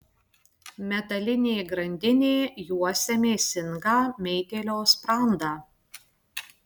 metalinė grandinė juosia mėsingą meitėlio sprandą